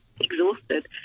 exhausted